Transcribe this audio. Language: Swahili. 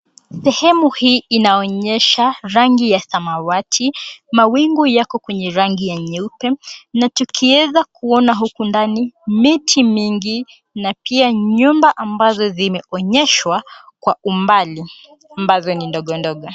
Sehemu hii inaonyesha rangi ya samawati, mawingu yako kwenye rangi ya nyeupe na tukiweza kuona huku ndani miti mingi na pia nyumba ambazo zimeonyeshwa kwa umbali ambazo ni ndogondogo.